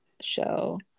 Show